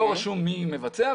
לא כתוב מי מבצע.